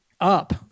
up